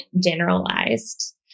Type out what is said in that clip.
generalized